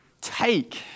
take